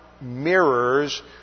mirrors